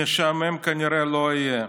משעמם כנראה לא יהיה.